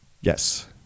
Yes